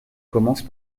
commences